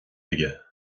aige